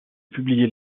publier